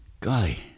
golly